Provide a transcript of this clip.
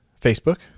Facebook